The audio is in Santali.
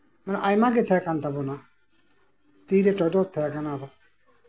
ᱢᱟᱱᱮ ᱟᱭᱢᱟ ᱜᱮ ᱛᱟᱸᱦᱮ ᱠᱟᱱ ᱛᱟᱵᱳᱱᱟ ᱛᱤᱨᱮ ᱴᱚᱯᱰᱚᱨ ᱛᱟᱸᱦᱮ ᱠᱟᱱᱟ